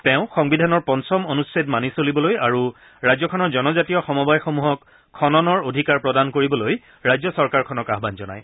তেওঁ সংবিধানৰ পঞ্চম অনুচ্ছেদ মানি চলিবলৈ আৰু ৰাজ্যখনৰ জনজাতীয় সমবায়সমূহক খননৰ অধিকাৰ প্ৰদান কৰিবলৈ ৰাজ্য চৰকাৰক আয়ান জনায়